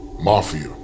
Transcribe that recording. Mafia